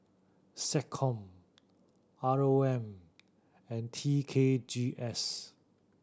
SecCom R O M and T K G S